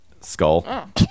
Skull